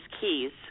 keys